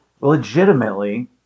legitimately